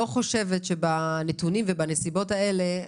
אני לא חושבת שבנתונים ובנסיבות האלה,